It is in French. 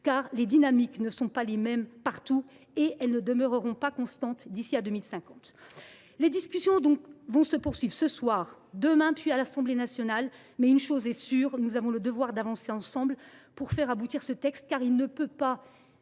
car les dynamiques ne sont pas les mêmes partout, et elles ne demeureront pas constantes d’ici à 2050. Les discussions se poursuivront, ce soir, demain, puis à l’Assemblée nationale, mais une chose est sûre : nous avons le devoir d’avancer ensemble pour faire aboutir ce texte, car il ne peut y